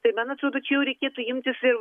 tai man atrodo čia jau reikėtų imtis ir